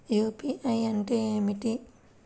UPI అంటే ఏమిటి?